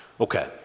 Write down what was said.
Okay